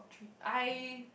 true I